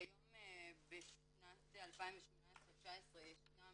כיום בשנת 2019-2018 ישנם